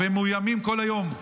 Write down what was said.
מאוימים כל היום.